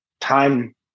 time